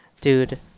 dude